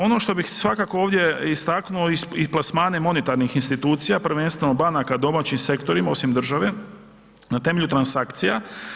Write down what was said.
Ono što bih svakako ovdje istaknuo i plasmane monetarnih institucija prvenstveno banaka domaćim sektorima osim države na temelju transakcija.